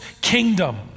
kingdom